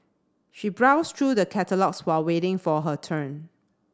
she browsed through the catalogues while waiting for her turn